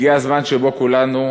הגיע הזמן שבו כולנו,